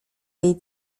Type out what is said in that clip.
jej